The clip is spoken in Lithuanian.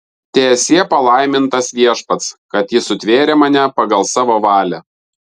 teesie palaimintas viešpats kad jis sutvėrė mane pagal savo valią